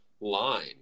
line